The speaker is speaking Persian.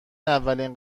اولین